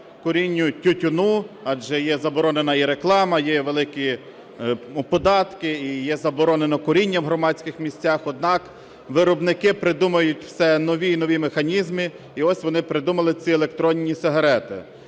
курінню тютюну, адже є заборонена і реклама, є великі податки і є заборонено куріння в громадських місцях. Однак виробники придумують все нові і нові механізми, і ось вони придумали ці електронні сигарети.